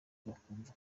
bakumva